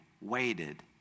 waited